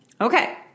Okay